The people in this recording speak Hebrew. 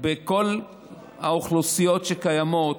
בכל האוכלוסיות שקיימות,